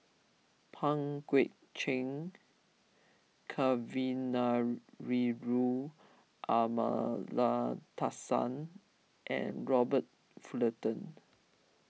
Pang Guek Cheng Kavignareru Amallathasan and Robert Fullerton